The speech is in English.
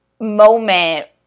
moment